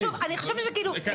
שוב, אני חושבת --- רגע.